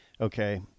Okay